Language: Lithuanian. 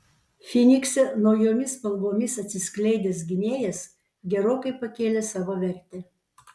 fynikse naujomis spalvomis atsiskleidęs gynėjas gerokai pakėlė savo vertę